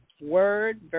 Word